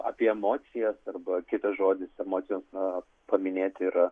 apie emocijas arba kitas žodis emocijoms na paminėti yra